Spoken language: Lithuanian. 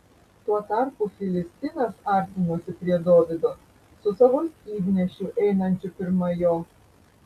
tuo tarpu filistinas artinosi prie dovydo su savo skydnešiu einančiu pirma jo